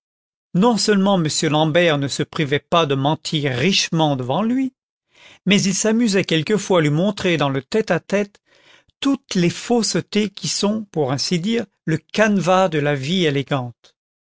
non-seulement m l'ambert ne se privait pas de mentir richement devant lui mais il s'amusait quelquefois à lui montrer dans le tête-à-tête toutes les faussetés qui sont pour ainsi dire le canevas de la vie élégante